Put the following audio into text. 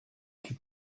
suis